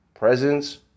presence